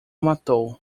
matou